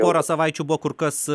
porą savaičių buvo kur kas